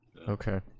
Okay